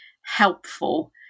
helpful